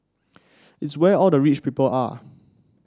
it's where all the rich people are